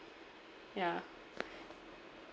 yeah